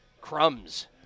crumbs